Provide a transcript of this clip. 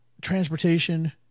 transportation